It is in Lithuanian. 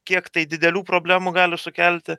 kiek tai didelių problemų gali sukelti